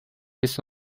ist